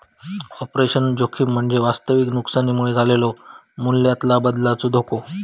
operational जोखीम म्हणजे वास्तविक नुकसानीमुळे झालेलो मूल्यातला बदलाचो धोको